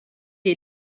est